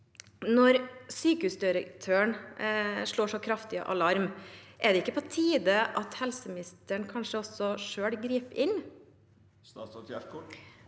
Når sykehusdirektøren slår så kraftig alarm, er det ikke på tide at helseministeren kanskje også selv griper inn?